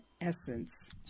essence